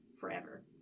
forever